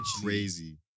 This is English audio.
Crazy